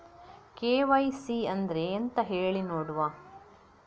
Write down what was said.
KYC ಅಂದ್ರೆ ಎಂತ ಹೇಳಿ ನೋಡುವ?